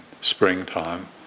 springtime